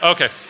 Okay